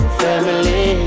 family